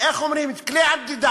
איך אומרים, את כלי המדידה.